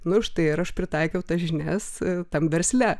nu štai ir aš pritaikiau tas žinias tam versle